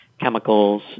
chemicals